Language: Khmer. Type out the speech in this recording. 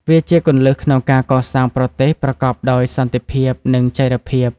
វាជាគន្លឹះក្នុងការកសាងប្រទេសប្រកបដោយសន្តិភាព និងចីរភាព។